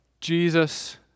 Jesus